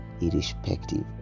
Irrespective